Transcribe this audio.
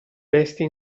bestia